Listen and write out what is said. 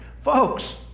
Folks